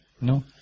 No